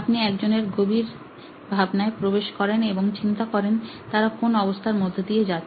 আপনি একজনের গভীর ভাবনায় প্রবেশ করেন এবং চিন্তা করেন তারা কোন অবস্থার মধ্য দিয়ে যাচ্ছেন